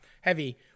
Heavy